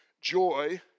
joy